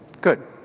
Good